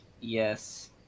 Yes